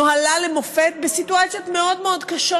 ונוהלה למופת בסיטואציות מאוד מאוד קשות,